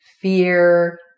fear